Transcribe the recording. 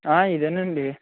ఇదేనండి